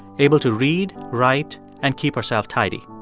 able to read, write and keep herself tidy.